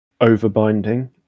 overbinding